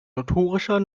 notorischer